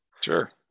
Sure